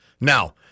Now